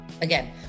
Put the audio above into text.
again